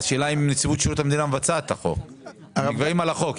הם נקבעים ע"י החוק,